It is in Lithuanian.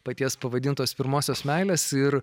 paties pavadintos pirmosios meilės ir